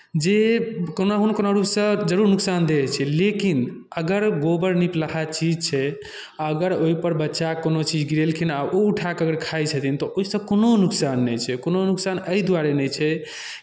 जे कोनाहु ने कोना रूपसँ जरूर नुकसानदेह छै लेकिन अगर गोबर निपलहा चीज छै आ अगर बच्चा ओहिपर कोनो चीज गिरेलखिन आ ओ उठाए कऽ अगर खाइत छथिन तऽ ओहिसँ कोनो नुकसान नहि छै कोनो नुकसान एहि दुआरे नहि छै